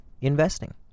investing